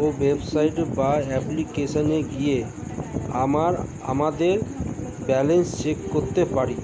website বা অ্যাপ্লিকেশনে গিয়ে আমরা আমাদের ব্যালেন্স চেক করতে পারি